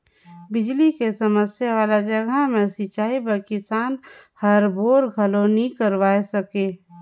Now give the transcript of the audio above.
बिजली के समस्या वाला जघा मे सिंचई बर किसान हर बोर घलो नइ करवाये सके